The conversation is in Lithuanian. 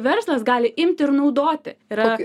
verslas gali imti ir naudoti yra